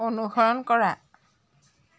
অনুসৰণ কৰা